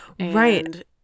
Right